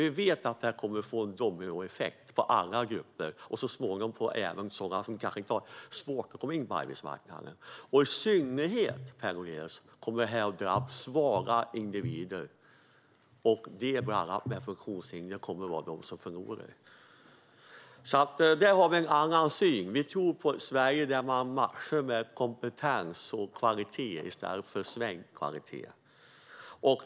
Vi vet att det kommer att få en dominoeffekt på alla grupper, så småningom även på dem som inte har svårt att komma in på arbetsmarknaden. I synnerhet, Per Lodenius, kommer det här att drabba svaga individer. De med funktionshinder kommer att höra till dem som förlorar. Där har vi en annan syn. Vi tror på ett Sverige där man matchar med kompetens och kvalitet i stället för sänkt kvalitet.